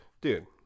Dude